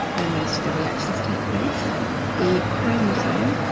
where most of the reactions take place the chromosome.